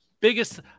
biggest